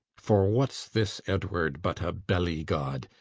for what's this edward but a belly god,